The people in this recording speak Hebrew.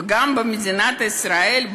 וגם במדינת ישראל,